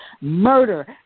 murder